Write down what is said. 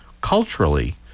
culturally